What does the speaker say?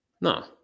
No